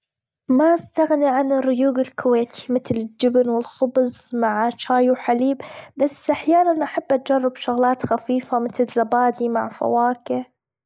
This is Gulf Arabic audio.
ما أستغنى عن الريوج الكويتي متل الجبن، والخبز، مع تشاي، وحليب بس احيانًا أحب أجرب شغلات خفيفة متل زبادي مع فواكه.